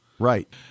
Right